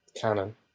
canon